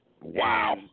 Wow